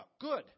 Good